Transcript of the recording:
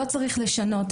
לא צריך לשנות.